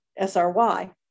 SRY